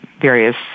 various